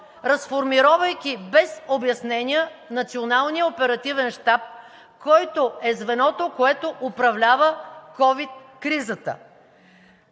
разформировайки без обяснения Националния оперативен щаб, който е звеното, което управлява ковид кризата.